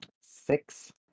Six